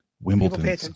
Wimbledon